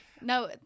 No